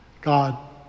God